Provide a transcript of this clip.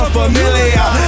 familiar